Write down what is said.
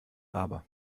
aber